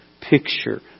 picture